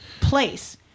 place